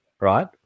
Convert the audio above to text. right